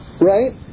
right